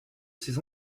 ses